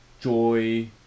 joy